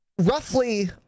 roughly –